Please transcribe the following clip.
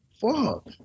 fuck